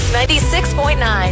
96.9